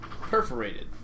Perforated